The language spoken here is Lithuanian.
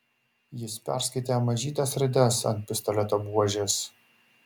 jis perskaitė mažytes raides ant pistoleto buožės